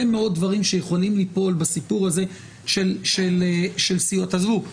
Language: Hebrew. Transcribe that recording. מאוד דברים שיכולים ליפול בסיפור הזה של סיוע נכנסים.